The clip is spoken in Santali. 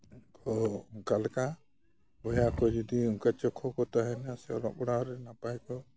ᱠᱚ ᱚᱱᱠᱟ ᱞᱮᱠᱟ ᱵᱚᱭᱦᱟ ᱠᱚ ᱡᱩᱫᱤ ᱚᱱᱠᱟ ᱪᱚᱠᱷᱚ ᱠᱚᱠᱚ ᱛᱟᱦᱮᱱᱟ ᱥᱮ ᱚᱞᱚᱜ ᱯᱟᱲᱦᱟᱣ ᱨᱮ ᱱᱟᱯᱟᱭ ᱠᱚ